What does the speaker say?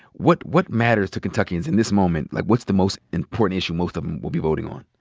what what matters to kentuckians in this moment? like, what's the most important issue most of em will be voting on?